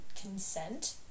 consent